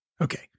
Okay